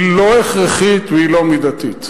היא לא הכרחית והיא לא מידתית.